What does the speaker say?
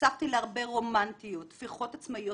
נחשפתי להרבה רומנטיות, טפיחות על השכם,